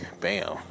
bam